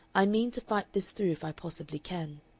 i mean to fight this through if i possibly can.